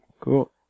Cool